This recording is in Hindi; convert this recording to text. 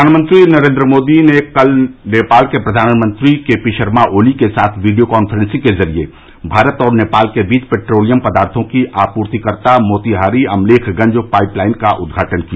प्रधानमंत्री नरेन्द्र मोदी ने कल नेपाल के प्रधानमंत्री के पी शर्मा ओली के साथ वीडियो काफ्रेंसिंग के जरिए भारत और नेपाल के बीच पेट्रोलियम पदार्थो की आपूर्तिकर्ता मोतीहारी अमलेखगंज पाइप लाइन का उदघाटन किया